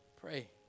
Pray